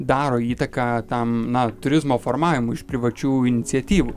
daro įtaką tam na turizmo formavimui iš privačių iniciatyvų